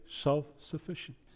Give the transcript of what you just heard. self-sufficient